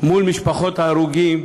מול משפחות ההרוגים,